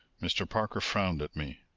mr. parker frowned at me.